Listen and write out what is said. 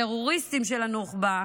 טרוריסטים של הנוח'בה,